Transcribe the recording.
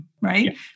right